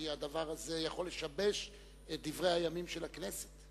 כי הדבר עלול לשבש את דברי הימים של הכנסת.